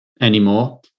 anymore